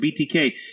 BTK